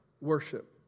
Worship